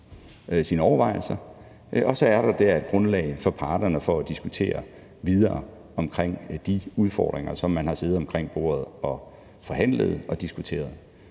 sine overvejelser, og så er der et grundlag for parterne for at diskutere videre omkring de udfordringer, som man har siddet omkring bordet og forhandlet og diskuteret.